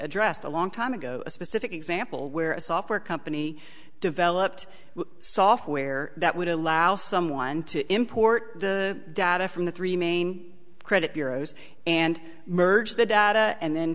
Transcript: addressed a long time ago a specific example where a software company developed software that would allow someone to import the data from the three main credit bureaus and merge the data and then